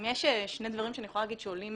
אם יש שני דברים שאני יכולה להגיד שעולים